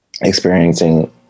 experiencing